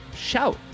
Shout